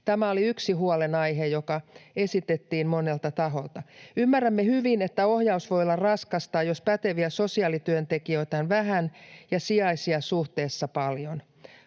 Tämä oli yksi huolenaihe, joka esitettiin monelta taholta. Ymmärrämme hyvin, että ohjaus voi olla raskasta, jos päteviä sosiaalityöntekijöitä on vähän ja sijaisia suhteessa paljon.